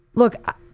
Look